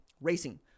racing